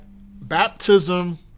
baptism